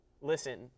listen